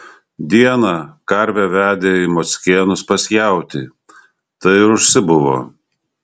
dieną karvę vedė į mockėnus pas jautį tai ir užsibuvo